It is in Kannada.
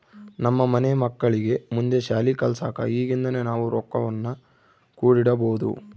ನಮ್ಮ ಮನೆ ಮಕ್ಕಳಿಗೆ ಮುಂದೆ ಶಾಲಿ ಕಲ್ಸಕ ಈಗಿಂದನೇ ನಾವು ರೊಕ್ವನ್ನು ಕೂಡಿಡಬೋದು